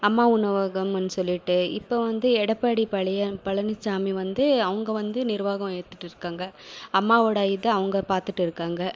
அம்மா உணவகம்னு சொல்லிவிட்டு இப்போ வந்து எடப்பாடி பழைய பழனிச்சாமி வந்து அவங்க வந்து நிர்வாகம் ஏற்றுட்டு இருக்காங்க அம்மாவோட இதை அவங்க பார்த்துட்டு இருக்காங்க